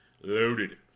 loaded